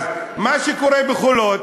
מה שקורה ב"חולות"